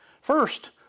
First